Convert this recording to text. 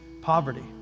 poverty